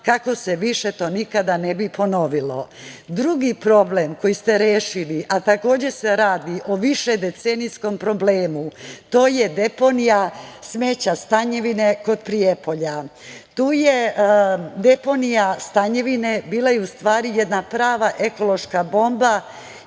kako se više to nikada ne bi ponovilo. Drugi problem koji ste rešili, a takođe se radi o više decenijskom problemu to je deponija smeća Stanjevine kod Prijepolja. Deponija Stanjevine bila je u stvari jedna prava ekološka bomba.